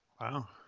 Wow